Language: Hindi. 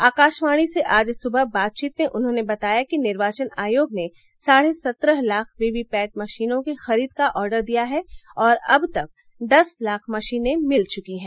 आकाशवाणी से आज सुबह बातचीत में उन्होंने बताया कि निर्वाचन आयोग ने साढ़े सत्रह लाख वीवीपैट मशीनों की खरीद का ऑर्डर दिया है और अब तक दस लाख मशीनें मिल चुकी हैं